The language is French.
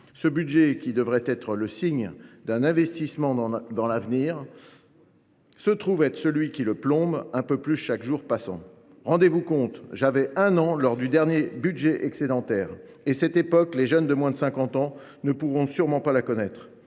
Ce budget, qui devrait être le signe d’un investissement dans l’avenir, se trouve être celui qui le plombe un peu plus chaque jour. Rendez vous compte : j’avais un an lorsque fut voté le dernier budget excédentaire ! Cette époque, les jeunes de moins de 50 ans ne pourront sûrement pas la connaître…